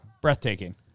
breathtaking